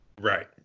Right